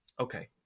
okay